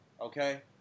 Okay